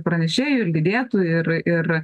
pranešėjų ir lydėtojų ir ir